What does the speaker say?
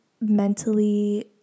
mentally